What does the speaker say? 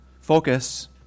focus